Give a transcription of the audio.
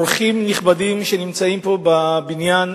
אורחים נכבדים שנמצאים פה בבניין,